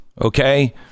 Okay